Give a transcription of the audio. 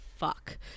Fuck